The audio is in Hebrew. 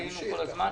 חיינו כל הזמן.